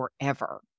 forever